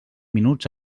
minuts